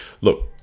Look